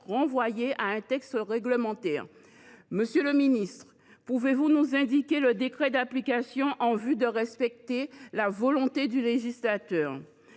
renvoyées à un texte réglementaire ». Monsieur le ministre, pouvez vous modifier le décret d’application afin que puisse être respectée la volonté du législateur ?